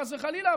חס וחלילה,